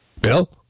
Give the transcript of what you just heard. Bill